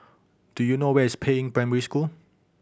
do you know where is Peiying Primary School